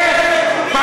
איך?